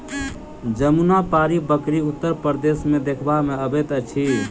जमुनापारी बकरी उत्तर प्रदेश मे देखबा मे अबैत अछि